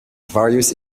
various